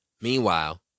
Meanwhile